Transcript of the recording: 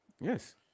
Yes